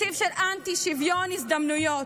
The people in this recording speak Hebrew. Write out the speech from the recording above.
תקציב של אנטי-שוויון הזדמנויות.